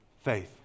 faith